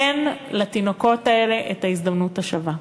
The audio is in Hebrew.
תן לתינוקות האלה את ההזדמנות השווה.